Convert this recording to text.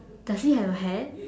does he have a hat